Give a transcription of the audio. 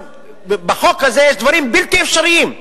ובחוק הזה יש דברים בלתי אפשריים,